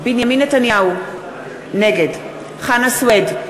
בנימין נתניהו, נגד חנא סוייד,